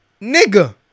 Nigga